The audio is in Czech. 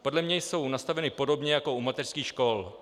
Podle mě jsou nastaveny podobně jako u mateřských škol.